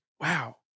wow